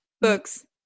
Books